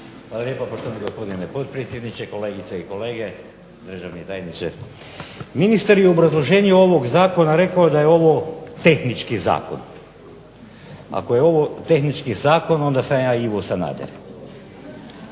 Hvala lijepa poštovani gospodine potpredsjedniče, kolegice i kolege, državni tajniče. Ministar je u obrazloženju ovog zakona rekao da je ovo tehnički zakon. Ako je ovo tehnički zakon, onda sam ja Ivo Sanader.